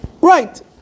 Right